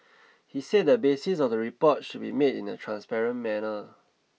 he said the basis of the report should be made in a transparent manner